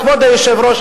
כבוד היושב-ראש,